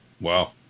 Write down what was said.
Wow